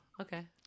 okay